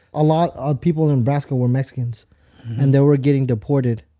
a lot of people in nebraska were mexicans and they were getting deported.